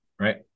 right